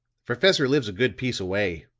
professor lives a good piece away,